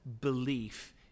belief